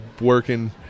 working